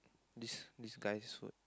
this this guy's food